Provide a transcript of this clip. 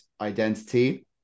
identity